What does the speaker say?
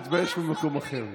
להתבייש במקום אחר.